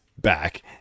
back